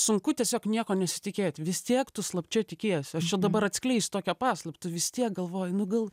sunku tiesiog nieko nesitikėti vis tiek tu slapčia tikiesi dabar atskleisiu tokią paslaptį tu vis tiek galvoji nu gal